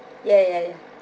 ya ya ya